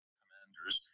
commanders